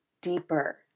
deeper